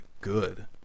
good